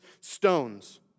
stones